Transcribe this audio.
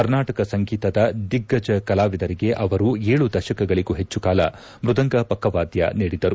ಕರ್ನಾಟಕ ಸಂಗೀತದ ದಿಗ್ಗಜ ಕಲಾವಿದರಿಗೆ ಅವರು ಏಳು ದಶಕಗಳಗೂ ಹೆಚ್ಚು ಕಾಲ ಮೃದಂಗ ಪಕ್ಕವಾದ್ದ ನೀಡಿದ್ದರು